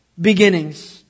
Beginnings